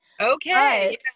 Okay